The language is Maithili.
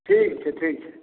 ठीक छै ठीक छै